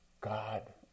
God